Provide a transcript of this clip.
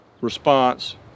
response